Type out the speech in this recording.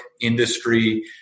industry –